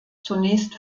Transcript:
zunächst